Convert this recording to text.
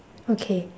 okay